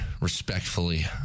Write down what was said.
respectfully